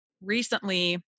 recently